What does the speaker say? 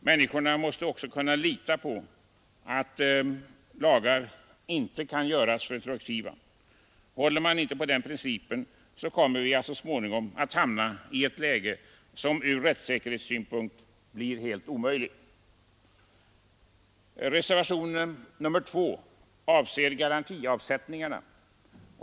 Människor måste också kunna lita på att lagar inte kan göras retroaktiva. Håller man inte på den principen så kommer vi så småningom att hamna i ett läge som ur rättssäkerhetssynpunkt blir helt omöjligt. Reservationen 2 avser garantiavsättningarna.